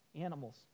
animals